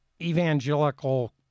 evangelical